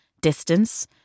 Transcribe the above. Distance